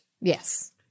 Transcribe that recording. Yes